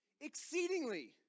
exceedingly